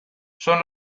son